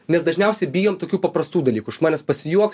nes dažniausiai bijom tokių paprastų dalykų iš manęs pasijuoks